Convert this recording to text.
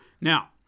Now